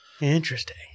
Interesting